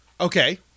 Okay